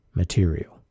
material